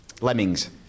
Lemmings